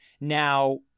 Now